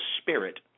spirit